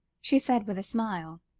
she said with a smile.